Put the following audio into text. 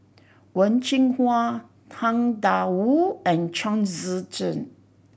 Wen Jinhua Tang Da Wu and Chong Tze Chien